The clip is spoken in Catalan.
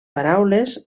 paraules